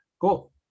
Cool